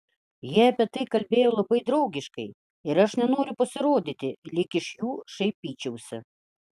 jie apie tai kalbėjo labai draugiškai ir aš nenoriu pasirodyti lyg iš jų šaipyčiausi